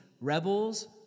Rebels